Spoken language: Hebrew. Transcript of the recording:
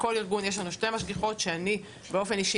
בכל ארגון יש לנו שתי משגיחות שאני באופן אישי